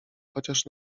chociaż